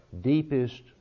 deepest